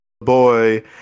boy